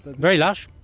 very lush.